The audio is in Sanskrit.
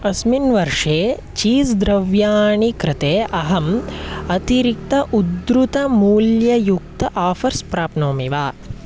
अस्मिन् वर्षे चीज़् द्रव्याणि कृते अहम् अतिरिक्त उद्रुतमूल्ययुक्त आफ़र्स् प्राप्नोमि वा